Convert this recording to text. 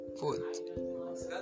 food